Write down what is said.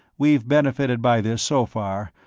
we've benefited by this, so far,